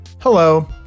Hello